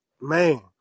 man